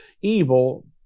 evil